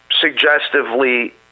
suggestively